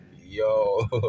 Yo